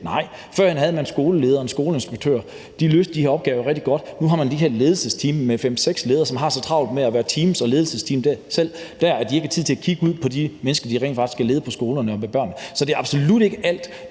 Nej. Førhen havde man skolelederen, skoleinspektøren, og de løste de her opgaver rigtig godt. Nu har man de her ledelsesteam med fem-seks ledere, som har så travlt med at være ledelsesteam for sig selv, at de ikke har tid til at kigge ud på de mennesker, de rent faktisk skal lede på skolerne, og på børnene. Så det er absolut ikke alt,